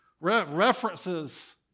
references